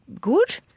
good